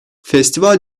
festival